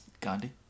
Gandhi